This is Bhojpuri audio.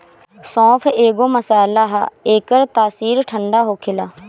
सौंफ एगो मसाला हअ एकर तासीर ठंडा होखेला